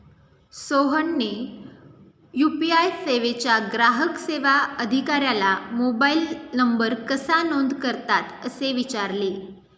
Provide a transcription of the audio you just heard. सोहनने यू.पी.आय सेवेच्या ग्राहक सेवा अधिकाऱ्याला मोबाइल नंबर कसा नोंद करतात असे विचारले